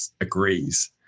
agrees